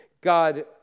God